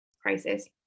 prices